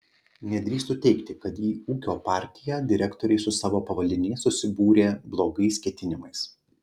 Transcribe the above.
nedrįstu teigti kad į ūkio partiją direktoriai su savo pavaldiniais susibūrė blogais ketinimais